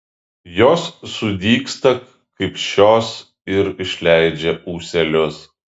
jos sudygsta kaip šios ir išleidžia ūselius